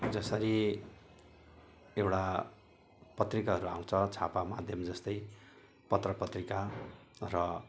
जसरी एउटा पत्रिकाहरू आउँछ छापा माध्यम जस्तै पत्र पत्रिका र